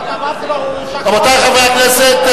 רבותי חברי הכנסת,